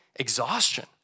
exhaustion